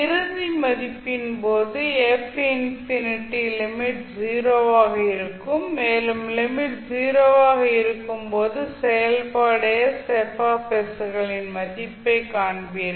இறுதி மதிப்பின் போது f இன்ஃபினிட்டி லிமிட் 0 ஆக இருக்கும் மேலும் லிமிட் 0 ஆக இருக்கும் போது செயல்பாடு களின் மதிப்பைக் காண்பீர்கள்